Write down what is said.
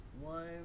One